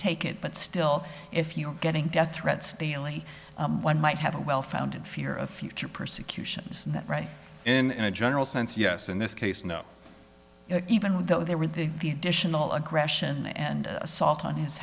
take it but still if you're getting death threats daily one might have a well founded fear of future persecution isn't that right and in a general sense yes in this case no you know even though they would think the additional aggression and assault on his